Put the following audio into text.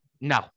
No